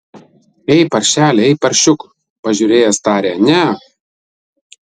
ei paršeli ei paršiuk pažiūrėjęs tarė ne